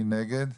מי נגד?